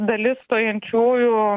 dalis stojančiųjų